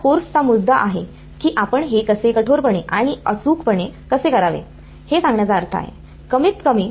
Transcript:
या कोर्सचा मुद्दा हा आहे की आपण हे कसे कठोरपणे आणि अचूकपणे कसे करावे हे सांगण्याचा अर्थ आहे कमीत कमी